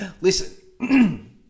Listen